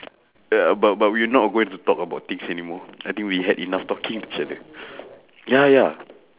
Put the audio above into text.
ya but but we're not going to talk about things anymore I think we had enough talking to each other ya ya